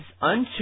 unto